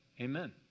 Amen